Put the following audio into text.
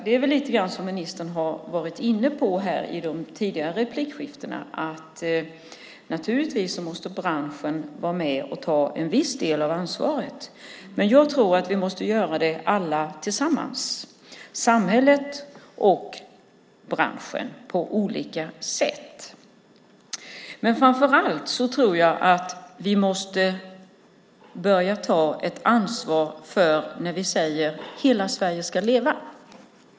Det är väl lite grann som ministern har varit inne på i de tidigare replikskiftena. Naturligtvis måste branschen vara med och ta en viss del av ansvaret. Jag tror att vi måste göra det alla tillsammans, samhället och branschen på olika sätt. Framför allt tror jag att vi måste börja ta ett ansvar för att vi säger att hela Sverige ska leva.